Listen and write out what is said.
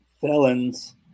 felons